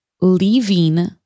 leaving